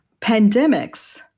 pandemics